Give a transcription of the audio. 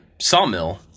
sawmill